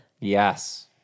Yes